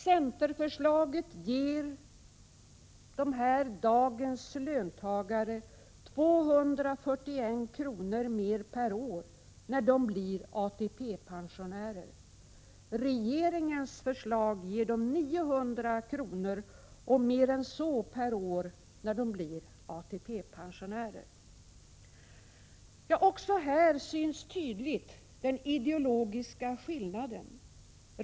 Centerförslaget ger dessa, dagens löntagare, 241 kr. mer per år när de blir ATP-pensionärer. Regeringens förslag ger dem 900 kr. och mer än så per år när det blir ATP-pensionärer. Också här syns tydligt den ideologiska skillnaden.